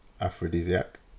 aphrodisiac